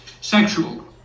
sexual